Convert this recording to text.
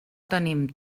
tenim